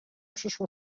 przyszło